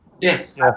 Yes